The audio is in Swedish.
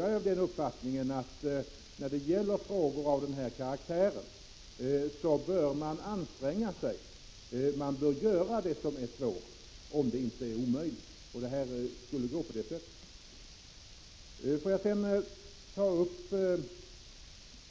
Jag är av den uppfattningen att när det gäller frågor av den här karaktären bör man anstränga sig. Man bör göra det som är svårt om det inte är omöjligt. Det skulle alltså gå att uppfylla våra önskemål i